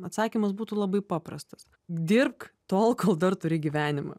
atsakymas būtų labai paprastas dirbk tol kol dar turi gyvenimą